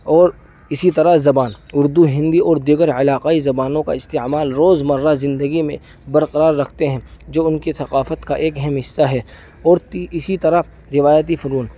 اور اسی طرح زبان اردو ہندی اور دیگر علاقائی زبانوں کا استعمال روز مرہ زندگی میں برقرار رکھتے ہیں جو ان کے ثقافت کا ایک اہم حصہ ہے اور اسی طرح روایتی فنون